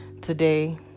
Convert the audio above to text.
today